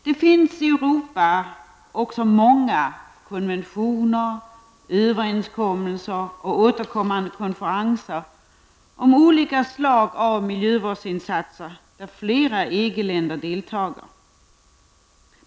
Det finns i Europa också många konventioner, överenskommelser och återkommande konferenser om olika slag av miljövårdsinsatser där flera EG-länder deltar.